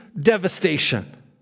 devastation